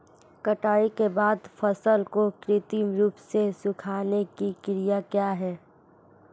कटाई के बाद फसल को कृत्रिम रूप से सुखाने की क्रिया क्या है?